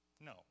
No